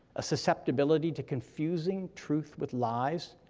a susceptibility to confusing truth with lies,